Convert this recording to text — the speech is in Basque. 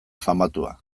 famatua